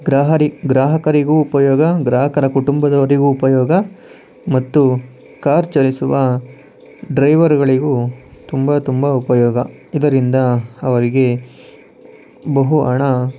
ಗ್ರಾಹರಿ ಗ್ರಾಹಕರಿಗೂ ಉಪಯೋಗ ಗ್ರಾಹಕರ ಕುಟುಂಬದವರಿಗೂ ಉಪಯೋಗ ಮತ್ತು ಕಾರ್ ಚಲಿಸುವ ಡ್ರೈವರ್ಗಳಿಗೂ ತುಂಬ ತುಂಬ ಉಪಯೋಗ ಇದರಿಂದ ಅವರಿಗೆ ಬಹು ಹಣ